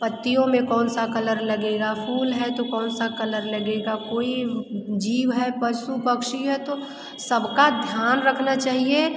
पत्तियों में कौन सा कलर लगेगा फूल है तो कौन सा कलर लगेगा कोई जीव है पशु पक्षी है तो सब का ध्यान रखना चाहिए